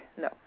no